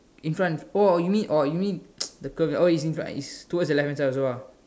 in front oh you mean oh you mean the curls oh it's in front it's towards the left hand side also ah